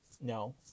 No